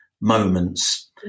moments